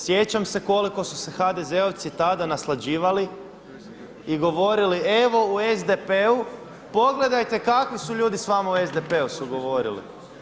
Sjećam se koliko su se HDZ-ovci tada naslađivali i govorili evo u SDP-u, pogledajte kakvi su ljudi sa vama u SDP-u su govorili.